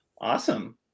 Awesome